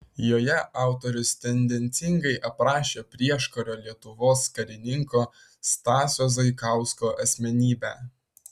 joje autorius tendencingai aprašė prieškario lietuvos karininko stasio zaikausko asmenybę